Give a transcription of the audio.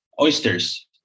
oysters